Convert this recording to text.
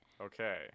okay